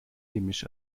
gemisch